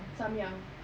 Samyang